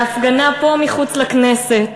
בהפגנה פה, מחוץ לכנסת.